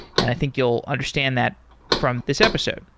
and i think you'll understand that from this episode.